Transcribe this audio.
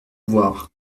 voir